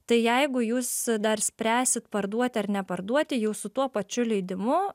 tai jeigu jūs dar spręsit parduoti ar neparduoti jau su tuo pačiu leidimu